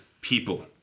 people